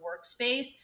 workspace